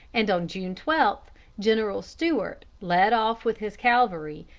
and on june twelve general stuart led off with his cavalry,